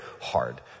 hard